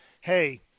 hey